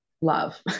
Love